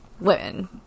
women